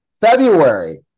february